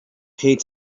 paid